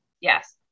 Yes